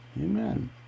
Amen